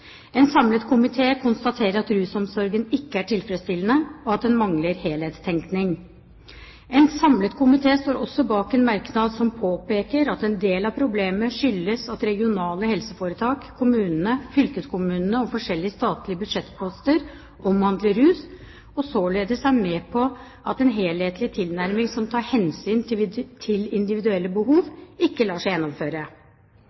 En samlet komité konstaterer at rusomsorgen ikke er tilfredsstillende, og at den mangler helhetstenkning. En samlet komité står også bak en merknad som påpeker at en del av problemet skyldes at de regionale helseforetakene, kommunene, fylkeskommunene og forskjellige statlige buddsjettposter finansierer rusomsorg og således er med på at en helhetlig tilnærming som tar hensyn til individuelle